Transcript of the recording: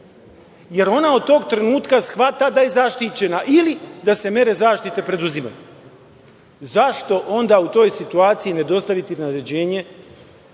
jer ona od tog trenutka shvata da je zaštićena, ili da se mere zaštite preduzimaju. Zašto onda u toj situaciji ne dostaviti naređenje